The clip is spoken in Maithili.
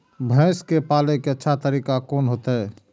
भैंस के पाले के अच्छा तरीका कोन होते?